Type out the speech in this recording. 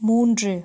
மூன்று